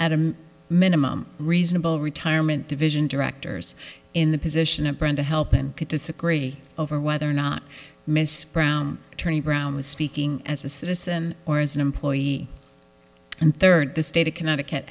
a minimum reasonable retirement division directors in the position of brenda help and could disagree over whether or not miss attorney brown was speaking as a citizen or as an employee and third the state of connecticut